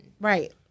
Right